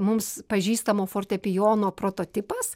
mums pažįstamo fortepijono prototipas